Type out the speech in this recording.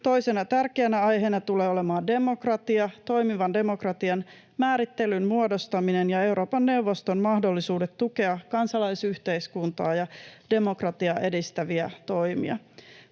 Toisena tärkeänä aiheena tulee olemaan demokratia, toimivan demokratian määrittelyn muodostaminen ja Euroopan neuvoston mahdollisuudet tukea kansalaisyhteiskuntaa ja demokratiaa edistäviä toimia.